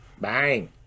bang